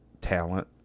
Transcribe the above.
talent